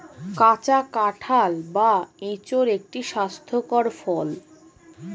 কাঁচা কাঁঠাল বা এঁচোড় একটি স্বাস্থ্যকর ফল